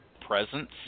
presence